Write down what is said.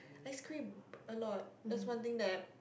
I scream a lot that's one thing that